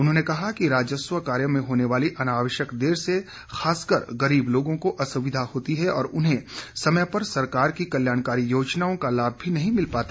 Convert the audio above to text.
उन्होंने कहा कि राजस्व कार्यों में होने वाली अनावश्यक देर से खासकर गरीब लोगों को असुविधा होती है और उन्हें समय पर सरकार की कल्याणकारी योजनाओं का लाभ भी नहीं मिल पाता